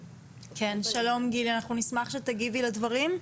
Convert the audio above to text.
שלום גילי, נשמח אם תגיבי לדברים.